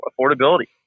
affordability